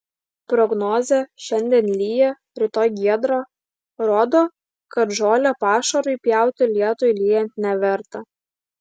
prognozė šiandien lyja rytoj giedra rodo kad žolę pašarui pjauti lietui lyjant neverta